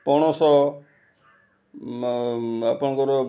ପଣସ ଆପଣଙ୍କର